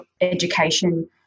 education